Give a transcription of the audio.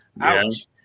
Ouch